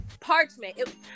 Parchment